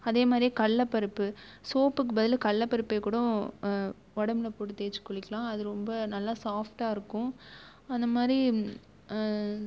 அதே மாதிரியே கடல பருப்பு சோப்புக்கு பதில் கடல பருப்பே கூட உடம்புல போட்டு தேய்ச்சு குளிக்கலாம் அது ரொம்ப நல்லா சாஃப்டாயிருக்கும் அந்த மாதிரி